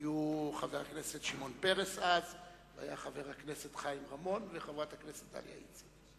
היו חבר הכנסת שמעון פרס וחבר הכנסת חיים רמון וחברת הכנסת דליה איציק.